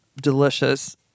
delicious